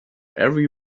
every